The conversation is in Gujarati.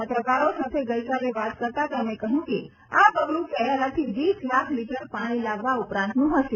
પત્રકારો સાથે ગઈકાલે વાત કરતા તેમણે કહયું કે આ પગલુ કેરાલાથી વીસ લાખ લીટર પાણી લાવવા ઉપરાંતનું હશે